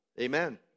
Amen